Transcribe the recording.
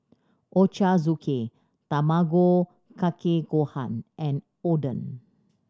Ochazuke Tamago Kake Gohan and Oden